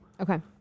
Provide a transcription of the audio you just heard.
Okay